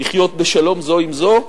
לחיות בשלום זו עם זו,